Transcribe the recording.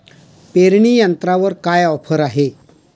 पेरणी यंत्रावर काय ऑफर आहे?